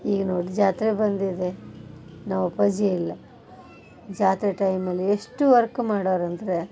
ಈಗ ನೋಡಿ ಜಾತ್ರೆ ಬಂದಿದೆ ನಮ್ಮ ಅಪ್ಪಾಜಿ ಇಲ್ಲ ಜಾತ್ರೆ ಟೈಮಲ್ಲಿ ಎಷ್ಟು ವರ್ಕ್ ಮಾಡೋರಂದರೆ